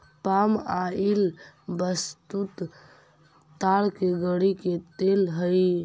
पाम oil वस्तुतः ताड़ के गड़ी के तेल हई